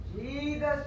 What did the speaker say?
Jesus